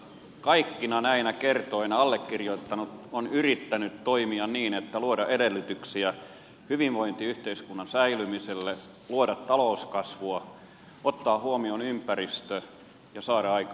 kaikkina näinä kertoina allekirjoittanut on yrittänyt toimia niin että voidaan luoda edellytyksiä hyvinvointiyhteiskunnan säilymiselle luoda talouskasvua ottaa huomioon ympäristö ja saada aikaan työpaikkoja